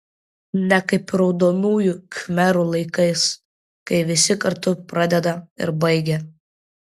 ne kaip raudonųjų khmerų laikais kai visi kartu pradeda ir baigia